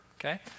okay